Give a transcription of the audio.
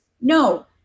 No